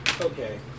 Okay